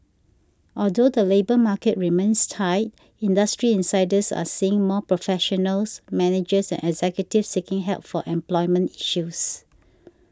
although the labour market remains tight industry insiders are seeing more professionals managers and executives seeking help for employment issues